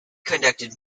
conducted